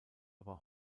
aber